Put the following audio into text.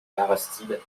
aristide